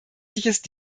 deutliches